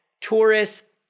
tourists